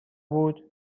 بود